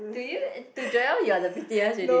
to you to Joel you are the prettiest already